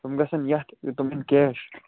تِم گژھَن یَتھ تِم یِن کیش